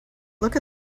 look